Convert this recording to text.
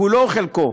כולו או חלקו.